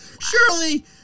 Surely